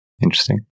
Interesting